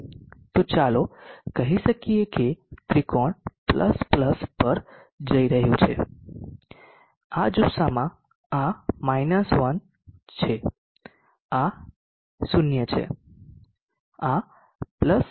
તો ચાલો કહી શકીએ કે ત્રિકોણ વાહક જઈ રહ્યું છે આ જુસ્સામાં આ 1 છે આ 0 છે આ 1 છે